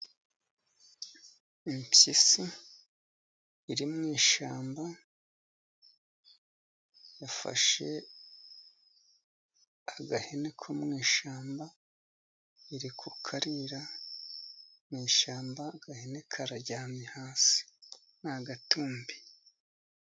Impyisi iri mu ishyamba yafashe agahene ko mu ishyamba iri ku karya, mu ishyamba agahene kararyamye hasi ni agatumbi.